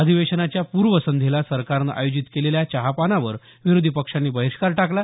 अधिवेशनाच्या पूर्वसंध्येला सरकारनं आयोजित केलेल्या चहापानावर विरोधी पक्षांनी बहिष्कार टाकला